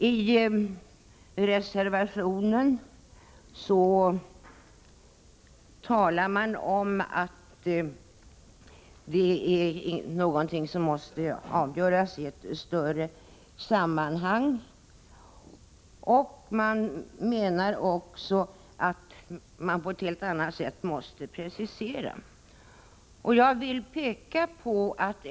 I reservationen hävdar man att detta är någonting som måste avgöras i ett större sammanhang. Man menar också att förfarandet på ett helt annat sätt måste preciseras.